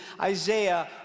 Isaiah